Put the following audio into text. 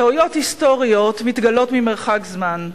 טעויות היסטוריות מתגלות ממרחק זמן,